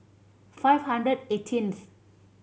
five hundred eighteenth